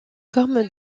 comme